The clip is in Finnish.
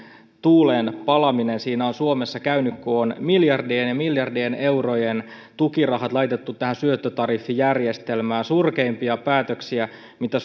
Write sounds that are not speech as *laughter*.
tuuleen palaminen siinä on suomessa käynyt kun on miljardien ja miljardien eurojen tukirahat laitettu tähän syöttötariffijärjestelmään surkeimpia päätöksiä mitä *unintelligible*